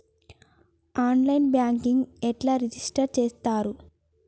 On line banking ఎట్లా register చేత్తరు?